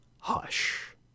Hush